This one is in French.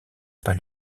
pas